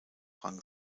rang